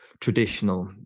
traditional